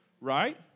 right